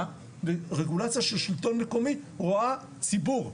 ורגולציה של שלטון מקומי רואה ציבור,